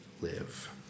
live